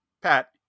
Pat